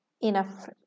enough